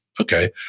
Okay